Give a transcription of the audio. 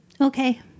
Okay